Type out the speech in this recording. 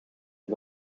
een